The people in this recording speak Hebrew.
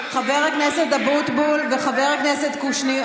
חבר הכנסת אבוטבול וחבר הכנסת קושניר,